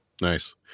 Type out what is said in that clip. nice